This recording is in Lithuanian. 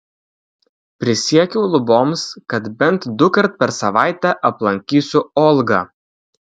prisiekiau luboms kad bent dukart per savaitę aplankysiu olgą